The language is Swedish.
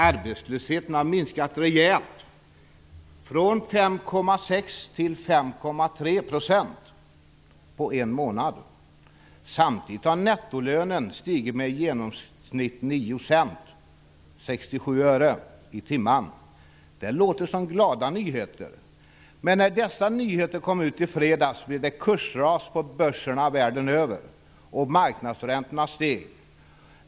Arbetslösheten har minskat rejält, från 5,6 till 5,3 Samtidigt har nettolönen stigit med i genomsnitt nio cent, 67 öre, i timmen. Det låter som glada nyheter. Men när dessa nyheter kom ut i fredags, blev det kursras på börserna världen över. Och marknadsräntorna steg överallt.